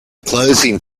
closing